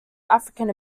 african